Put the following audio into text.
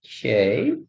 Okay